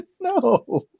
No